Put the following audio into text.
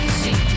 see